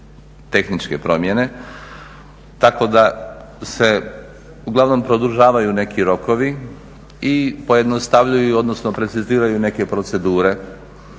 tehničke promjene, tako da se uglavnom produžavaju neki rokovi i pojednostavljuju, odnosno preciziraju neke procedure.